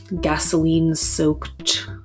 gasoline-soaked